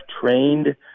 trained